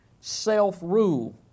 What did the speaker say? self-rule